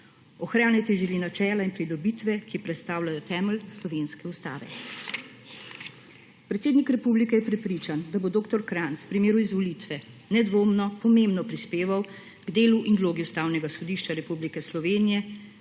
Ohraniti želi načela in pridobitve, ki predstavljajo temelj slovenske ustave. Predsednik republike je prepričan, da bo dr. Kranjc v primeru izvolitve nedvomno pomembno prispeval k delu in vlogi Ustavnega sodišča Republike Slovenije